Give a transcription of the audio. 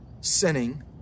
sinning